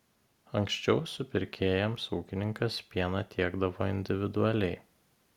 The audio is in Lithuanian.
anksčiau supirkėjams ūkininkas pieną tiekdavo individualiai